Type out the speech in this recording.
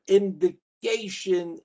indication